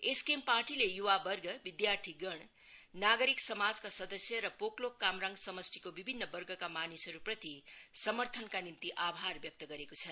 SKM पार्टीले युवावर्ग विद्यार्थीगण नागरिक समाजका सदस्य र पोकलोक कामराङ समष्टिको विभिन्न वर्गका मानिसहरूप्रति समर्थनका निम्ति आभार व्यक्त गरेको छ